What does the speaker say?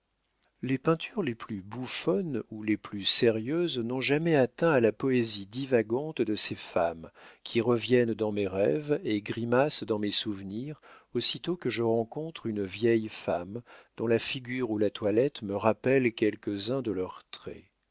les peintures les plus bouffonnes ou les plus sérieuses n'ont jamais atteint à la poésie divagante de ces femmes qui reviennent dans mes rêves et grimacent dans mes souvenirs aussitôt que je rencontre une vieille femme dont la figure ou la toilette me rappellent quelques-uns de leurs traits